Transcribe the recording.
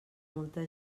molta